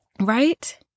Right